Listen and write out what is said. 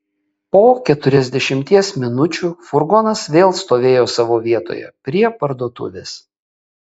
po keturiasdešimties minučių furgonas vėl stovėjo savo vietoje prie parduotuvės